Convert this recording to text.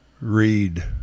read